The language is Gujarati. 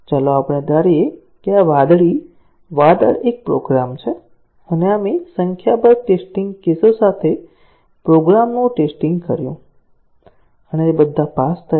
ચાલો આપણે ધારીએ કે આ વાદળી વાદળ એક પ્રોગ્રામ છે અને આપણે સંખ્યાબંધ ટેસ્ટીંગ કેસો સાથે પ્રોગ્રામનું ટેસ્ટીંગ કર્યું અને તે બધા પાસ થયા